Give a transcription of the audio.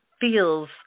feels